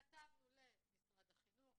כתבנו למשרד החינוך.